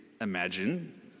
imagine